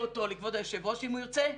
אותו לכבוד היושב ראש אם הוא ירצה,